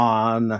on